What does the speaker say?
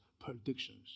predictions